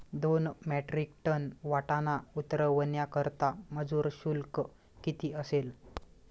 दोन metric ton वाटाणा उतरवण्याकरता मजूर शुल्क किती असेल?